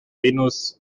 venus